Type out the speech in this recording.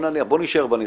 בוא נישאר בנשואים,